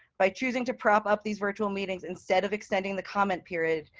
by choosing to prop up these virtual meetings instead of extending the comment period,